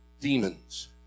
Demons